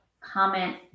comment